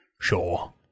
Sure